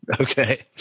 Okay